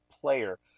player